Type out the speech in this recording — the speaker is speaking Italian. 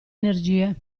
energie